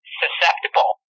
susceptible